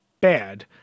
bad